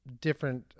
different